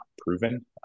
proven